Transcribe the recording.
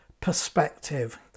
perspective